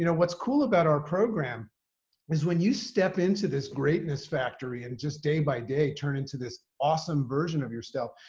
you know what's cool about our program is when you step into this greatness factory and it just day by day turn into this awesome version of yourself,